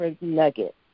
nugget